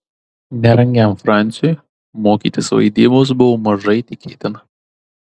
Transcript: nerangiam fransiui mokytis vaidybos buvo mažai tikėtina